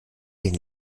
den